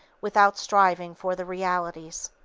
without striving for the realities.